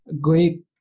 great